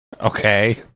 Okay